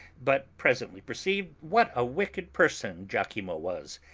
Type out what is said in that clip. but presently perceived what a wicked person lachimo was,